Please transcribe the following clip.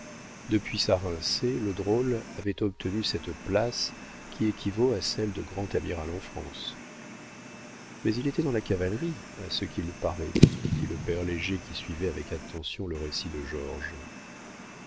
depuis sa rincée le drôle avait obtenu cette place qui équivaut à celle de grand amiral en france mais il était dans la cavalerie à ce qu'il paraît dit le père léger qui suivait avec attention le récit de georges